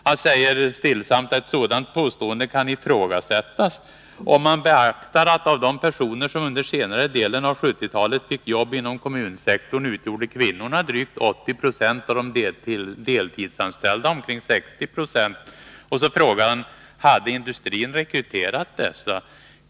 Han säger stillsamt: ”Ett sådant påstående kan ifrågasättas om man beaktar att av de personer, som under senare delen av 1970-talet fick jobb inom kommunsektorn utgjorde kvinnorna drygt 80 procent och de deltidsanställda omkring 60 procent.” Vidare frågar Karl Knutsson: ”Hade industrin rekryterat dessa?